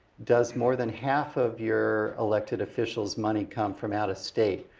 does more than half of your elected officials money comes from out of state.